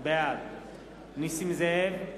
בעד נסים זאב,